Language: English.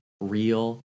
real